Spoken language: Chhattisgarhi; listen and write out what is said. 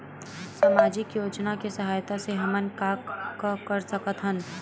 सामजिक योजना के सहायता से हमन का का कर सकत हन?